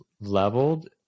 leveled